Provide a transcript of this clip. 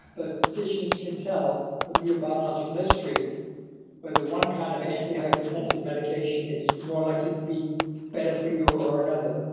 but physicians can tell from your biological history whether one kind of antihypertensive medication is more likely to be better for you or another.